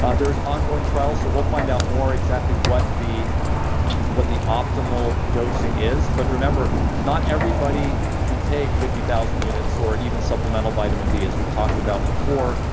ah there's ongoing trials, so we'll find out more, exactly what the what the optimal dosing is, but remember not everybody can take fifty thousand units or even supplemental vitamin d as we've talked about before.